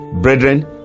Brethren